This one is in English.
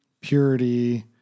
purity